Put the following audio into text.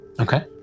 Okay